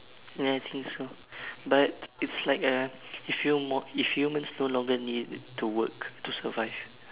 ya I think so but it's like a if you more if humans no longer needed to work to survive